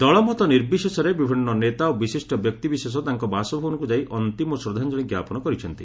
ଦଳମତ ନିର୍ବିଶେଷରେ ବିଭିନ୍ନ ନେତା ଓ ବିଶିଷ୍ଟ ବ୍ୟକ୍ତିବିଶେଷ ତାଙ୍କ ବାସଭବନକୁ ଯାଇ ଅନ୍ତିମ ଶ୍ରଦ୍ଧାଞ୍ଚଳି ଜ୍ଞାପନ କରିଛନ୍ତି